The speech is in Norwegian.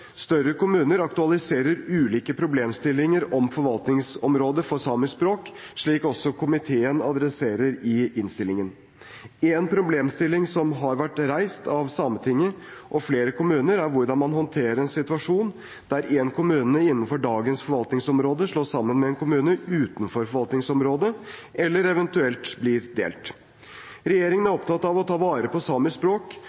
større kommuner aktualiserer ulike problemstillinger om forvaltningsområdet for samisk språk, slik også komiteen adresserer i innstillingen. En problemstilling som har vært reist av Sametinget og flere kommuner, er hvordan man håndterer en situasjon der en kommune innenfor dagens forvaltningsområde slås sammen med en kommune utenfor forvaltningsområdet, eller eventuelt blir delt. Regjeringen er